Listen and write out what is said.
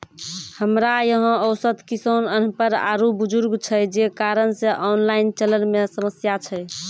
हमरा यहाँ औसत किसान अनपढ़ आरु बुजुर्ग छै जे कारण से ऑनलाइन चलन मे समस्या छै?